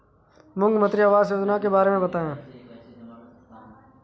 मुख्यमंत्री आवास योजना के बारे में बताए?